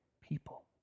people